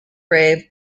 grave